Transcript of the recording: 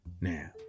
Now